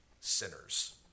sinners